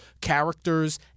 characters